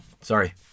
Sorry